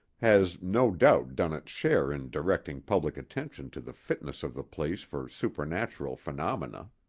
has no doubt done its share in directing public attention to the fitness of the place for supernatural phenomena.